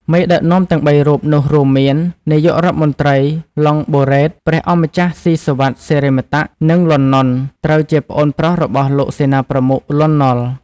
មេដឹកនាំទាំង ៣ រូបនោះរួមមាន នាយករដ្ឋមន្ត្រី ឡុង បូរ៉េត ព្រះអង្គម្ចាស់ ស៊ីសុវត្ថិ សិរិមតៈ និង លន់ ណុន ត្រូវជាប្អូនប្រុសរបស់លោកសេនាប្រមុខ លន់ នល់។